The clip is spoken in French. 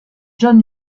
john